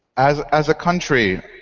as as a country,